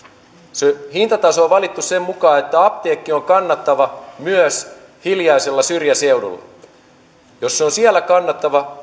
se hintataso on valittu sen mukaan että apteekki on kannattava myös hiljaisella syrjäseudulla jos se on siellä kannattava